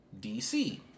DC